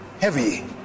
heavy